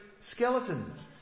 skeletons